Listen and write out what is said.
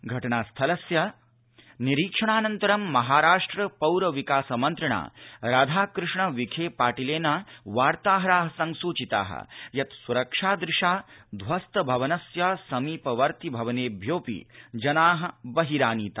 घटनास्थलस्य निरीक्षणानन्तरं महाराष्ट्र पौर विकास मन्त्रिणा राधाकृष्ण विखे पाटिलेन वार्ताहरा संसूचिता यत् सुरक्षादृशा ध्वस्त भवनस्य समीपवर्ति भवनेभ्योऽपि जना बहिरानीता